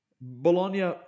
Bologna